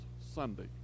Sunday